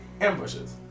ambushes